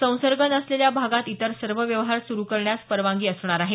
संसर्ग नसलेल्या भागात इतर सर्व व्यवहार सुरू करण्यास परवानगी असणार आहे